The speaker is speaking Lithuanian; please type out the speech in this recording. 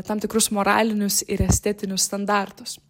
tam tikrus moralinius ir estetinius standartus